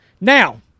Now